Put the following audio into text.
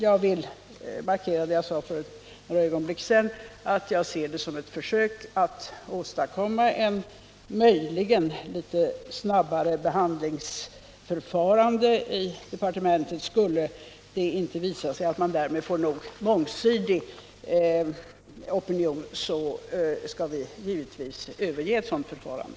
Jag upprepar att jag ser det som ett försök att möjligen åstadkomma ett litet snabbare behandlingsförfarande i departementet. Skulle det visa sig att man därmed inte får en nog mångsidig opinion, skall vi givetvis överge ett sådant förfarande.